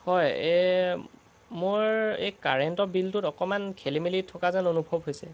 হয় এই মোৰ এই কাৰেণ্টৰ বিলটোত অকণমান খেলি মেলি থকা যেন অনুভৱ হৈছে